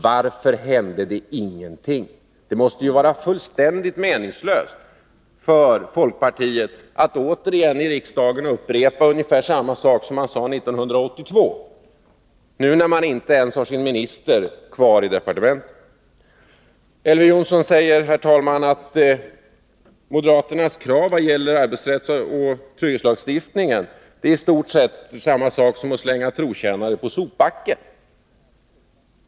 Varför hände det ingenting då? Det måste ju vara fullständigt meningslöst för folkpartiet att återigen i riksdagen upprepa vad man sade våren 1982, nu när man inte har kvar sin minister i departementet. Elver Jonsson sade att moderaternas krav när det gäller arbetsrättsoch trygghetslagstiftningen i stort sett innebär att man skulle ”slänga trotjänare på sopbacken”.